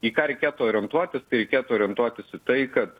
į ką reikėtų orientuotis tai reikėtų orientuotis į tai kad